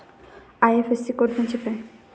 IFSC code म्हणजे काय?